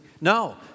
No